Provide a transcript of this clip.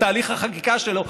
בתהליך החקיקה שלו,